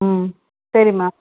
ம் சரிம்மா